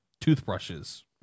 toothbrushes